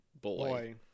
boy